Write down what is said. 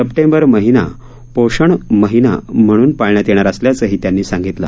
September महिना पोषण महिना म्हणून पाळण्यात येणार असल्याचंही त्यांनी सांगितलं